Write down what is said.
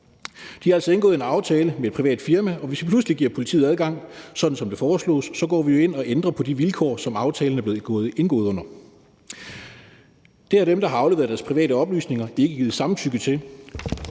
De har altså indgået en aftale med et privat firma, og hvis vi pludselig giver politiet adgang, sådan som det foreslås, går vi jo ind og ændrer på de vilkår, som aftalen er blevet indgået under. Det har dem, der har afleveret deres private oplysninger, ikke givet samtykke til,